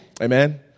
Amen